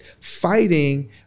fighting